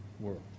world